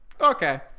Okay